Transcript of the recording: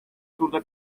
turda